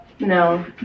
No